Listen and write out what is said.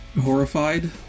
horrified